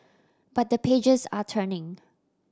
but the pages are turning